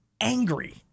angry